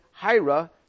Hira